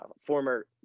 former